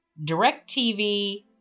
DirecTV